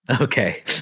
Okay